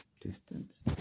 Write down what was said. Distance